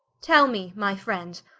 tell me my friend,